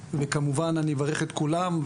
וכמובן אני אברך את כולם,